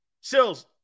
Sills